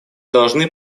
должны